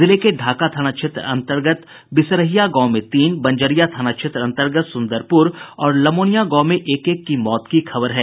जिले के ढाका थाना क्षेत्र अंतर्गत बिसरहिया गांव में तीन बंजरिया थाना क्षेत्र अंतर्गत सुंदरपूर और लमोनिया गांव में एक एक की मौत की खबर है